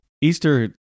Easter